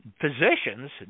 physicians